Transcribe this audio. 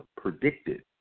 predicted